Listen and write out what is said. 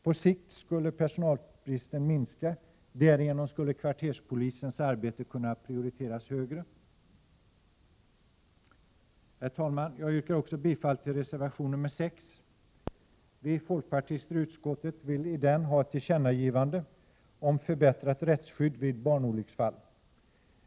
Därigenom skulle på sikt personalbristen minska, och kvarterspolisens arbete skulle kunna prioriteras högre. Herr talman! Jag yrkar också bifall till reservation 6. Vi folkpartister i utskottet anför i denna reservation att vi vill ha ett tillkännagivande om förbättrat rättsskydd vid barnolycksfall.